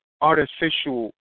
artificial